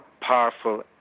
powerful